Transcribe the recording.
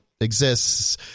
exists